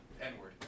N-word